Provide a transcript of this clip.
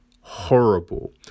horrible